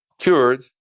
cured